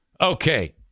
Okay